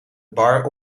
bar